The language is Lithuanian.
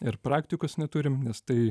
ir praktikos neturim nes tai